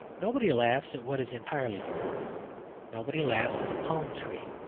nobody laughs at what is entirely foreign nobody laughs at a palm tree.